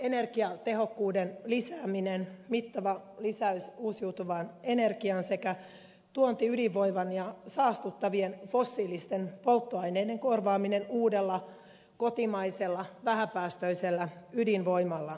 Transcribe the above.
energiatehokkuuden lisääminen mittava lisäys uusiutuvaan energiaan sekä tuontiydinvoiman ja saastuttavien fossiilisten polttoaineiden korvaaminen uudella kotimaisella vähäpäästöisellä ydinvoimalla